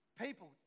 people